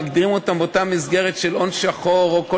מגדירים אותן באותה מסגרת של הון שחור או כל